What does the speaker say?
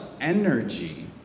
energy